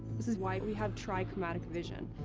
this is why we have trichromatic vision.